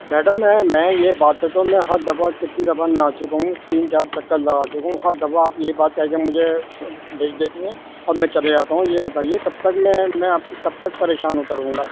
madam میں میں یہ بات تو ہر دفعہ کتنی دفعہ میں آ چکا ہوں تین چار چکر لگا چکا ہوں ہر دفعہ آپ یہی بات کہہ کے مجھے بھیج دیتی ہیں اور میں چلے جاتا ہوں یہ بتائیے کب تک میں میں کب تک پریشان ہوتا رہوں گا